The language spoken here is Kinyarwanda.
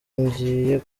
ngiye